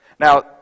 Now